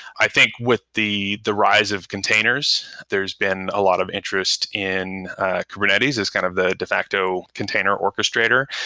i think with the the rise of containers, there's been a lot of interest in kubernetes. it's kind of the de facto container orchestrator,